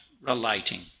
relating